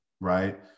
right